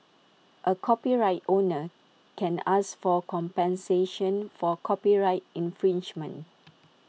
A copyright owner can ask for compensation for copyright infringement